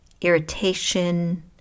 Irritation